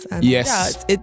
yes